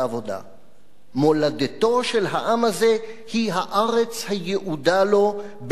מולדתו של העם הזה היא הארץ היעודה לו בעומק הווייתו,